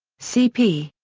cp.